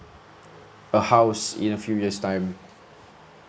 a house in few years time